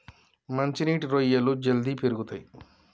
మంచి నీటి రొయ్యలు జల్దీ పెరుగుతయ్